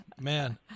man